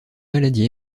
maladie